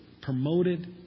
promoted